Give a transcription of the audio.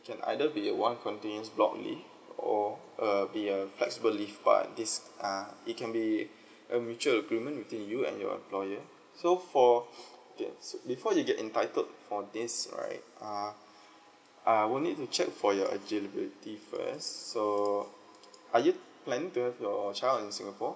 can either be a one continuous block leave or uh be a flexible leave but is uh it can be a mutual agreement between you and your employer so for that's before you get entitled for this right err I will need to check for your eligibility first so are you planning to have your child in singapore